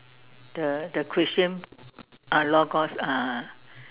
the the Christian ah Logos ah